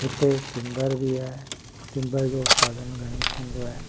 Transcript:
हिते टिंबर बि आहे टिंबर जो उत्पादन घणेई थींदो आहे